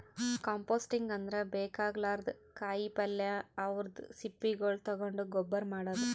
composting ಅಂದ್ರ ಬೇಕಾಗಲಾರ್ದ್ ಕಾಯಿಪಲ್ಯ ಹಣ್ಣ್ ಅವದ್ರ್ ಸಿಪ್ಪಿಗೊಳ್ ತಗೊಂಡ್ ಗೊಬ್ಬರ್ ಮಾಡದ್